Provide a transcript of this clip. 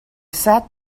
sat